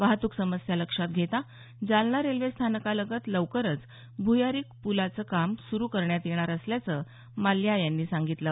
वाहतूक समस्या लक्षात घेता जालना रेल्वेस्थानकालगत लवकरच भुयारी पुलाचं काम सुरू करण्यात येणार असल्याचं माल्या यांनी सांगितलं